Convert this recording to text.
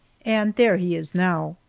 and there he is now.